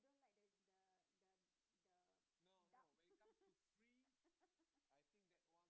you don't like the the the the duck